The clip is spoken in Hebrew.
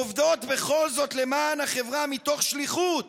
עובדות בכל זאת למען החברה, מתוך שליחות,